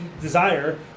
desire